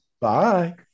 Bye